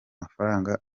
mafaranga